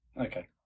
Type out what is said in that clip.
Okay